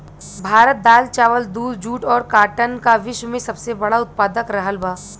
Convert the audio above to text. भारत दाल चावल दूध जूट और काटन का विश्व में सबसे बड़ा उतपादक रहल बा